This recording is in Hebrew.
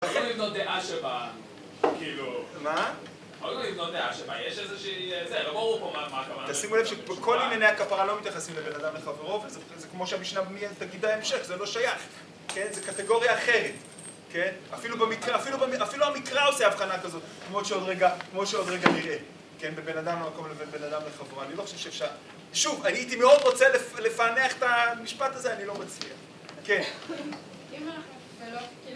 ‫אנחנו יכולים לבנות דעה שבה, ‫כאילו... ‫-מה? ‫אנחנו יכולים לבנות דעה שבה, ‫יש איזושהי... ‫זה, בואו לא ברור פה מה קרה... ‫-תשימו לב שכל מנהגי הכפרה ‫לא מתייחסים לבן אדם לחברו, ‫וזה כמו שהמשנה תגיד בהמשך, ‫זה לא שייך, כן? ‫זו קטגוריה אחרת, כן? ‫אפילו במקרא... ‫אפילו המקרא עושה הבחנה כזאת, ‫כמו שעוד רגע נראה, כן? ‫בבן אדם במקום לבן אדם לחברו. ‫אני לא חושב שאפשר... ‫שוב, הייתי מאוד רוצה לפענח ‫את המשפט הזה, אני לא מצביע.